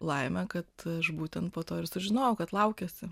laimė kad aš būtent po to ir sužinojau kad laukiuosi